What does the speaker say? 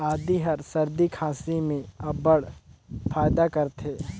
आदी हर सरदी खांसी में अब्बड़ फएदा करथे